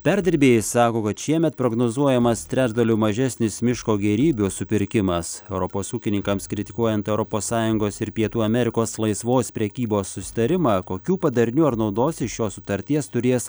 perdirbėjai sako kad šiemet prognozuojamas trečdaliu mažesnis miško gėrybių supirkimas europos ūkininkams kritikuojant europos sąjungos ir pietų amerikos laisvos prekybos susitarimą kokių padarinių ar naudosis šios sutarties turės